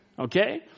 Okay